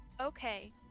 Okay